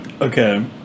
Okay